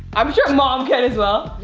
i'm sure mom can as well.